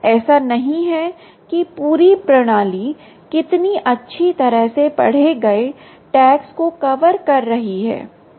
ऐसा नहीं है की पूरी प्रणाली कितनी अच्छी तरह से पढ़े गए टैग्स को कवर कर रही है यह प्रशन है